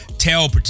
Tell